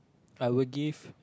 I would give